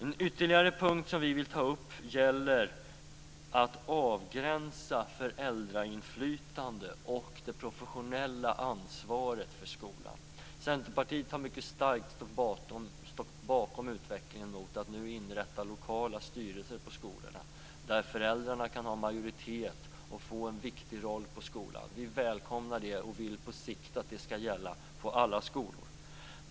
En ytterligare punkt som vi vill ta upp gäller att avgränsa föräldrainflytande och det professionella ansvaret för skolan. Centerpartiet har mycket starkt stått bakom utvecklingen mot att nu inrätta lokala styrelser på skolorna där föräldrarna kan ha majoritet och få en viktig roll på skolan. Vi välkomnar det och vill på sikt att det skall gälla på alla skolor.